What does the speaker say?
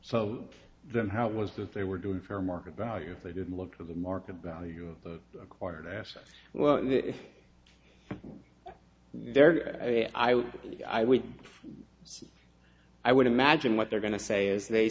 so than how it was that they were doing fair market value they didn't look to the market value of the acquired assets well there i would i would i would imagine what they're going to say is they